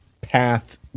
path